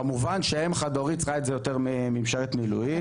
כמובן שאם חד הורית צריכה את זה יותר ממשרת מילואים.